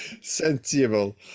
Sensible